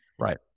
Right